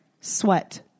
Sweat